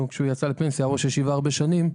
שהיה ראש ישיבה במשך הרבה בשנים,